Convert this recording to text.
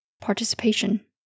Participation